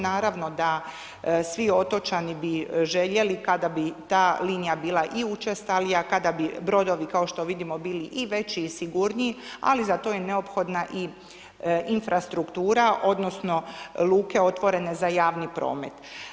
Naravno da svi otočani bi željeli kada bi ta linija bila i učestalija, kada bi brodovi kao što vidimo bili i veći i sigurniji, ali za to je neophodna i infrastruktura odnosno luke otvorene za javni promet.